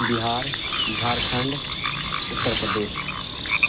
Bihar Jharkhand Uttar Pradesh